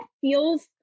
feels